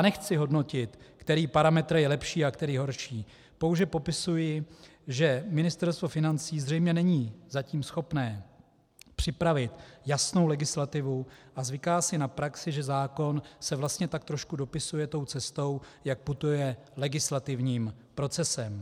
Nechci hodnotit, který parametr je lepší a který horší, pouze popisuji, že Ministerstvo financí zřejmě není zatím schopné připravit jasnou legislativu a zvyká si na praxi, že se zákon tak trochu dopisuje tou cestou, jak putuje legislativním procesem.